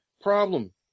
problem